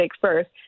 first